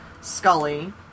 Scully